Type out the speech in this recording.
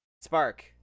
Spark